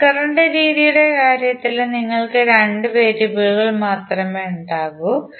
mesh current രീതിയുടെ കാര്യത്തിൽ നിങ്ങൾക്ക് 2 വേരിയബിളുകൾ മാത്രമേ ഉണ്ടാകൂ